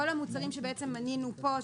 כל המוצרים שבעצם מנינו כאן,